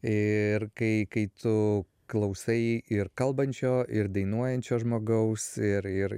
ir kai kai tu klausai ir kalbančio ir dainuojančio žmogaus ir ir